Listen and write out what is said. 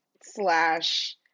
slash